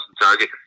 target